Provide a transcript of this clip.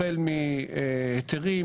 החל מהיתרים,